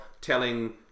telling